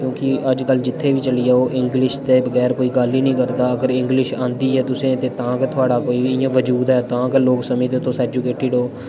क्योंकि अज्जकल जि'त्थें बी चली जाओ इंग्लिश दे बगैर कोई गल्ल ई निं करदा अगर इंग्लिश आंदी ऐ तुसें गी ते तां गै थुआढ़ा कोई बी बजूद ऐ तां गै लोक समझदे तुस एजुकेटेड ओ